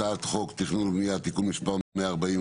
הצעת חוק התכנון והבנייה (תיקון מספר 140),